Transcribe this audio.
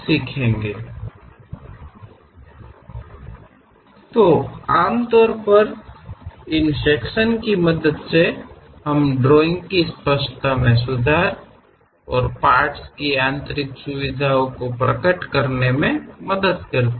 ಸಾಮಾನ್ಯವಾಗಿ ಈ ವಿಭಾಗಗಳ ಪ್ರಾತಿನಿಧ್ಯವು ಸ್ಪಷ್ಟತೆಯನ್ನು ಸುಧಾರಿಸಲು ಮತ್ತು ಭಾಗಗಳ ಆಂತರಿಕ ವೈಶಿಷ್ಟ್ಯಗಳನ್ನು ಬಹಿರಂಗಪಡಿಸಲು ಸಹಾಯ ಮಾಡುತ್ತದೆ